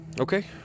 Okay